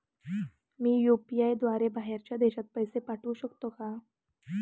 मी UPI द्वारे बाहेरच्या देशात पैसे पाठवू शकतो का?